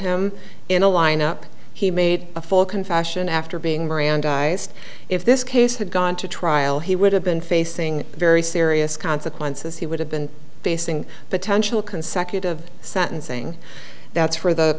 him in a lineup he made a full confession after being mirandized if this case had gone to trial he would have been facing very serious consequences he would have been facing potential consecutive sentencing that's for the